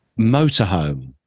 Motorhome